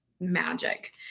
magic